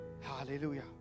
Hallelujah